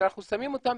שאנחנו שמים אותם